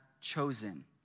chosen